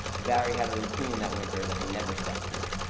barry had a routine that winter that he never stuck to